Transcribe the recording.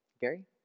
Gary